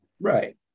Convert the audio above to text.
right